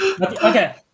Okay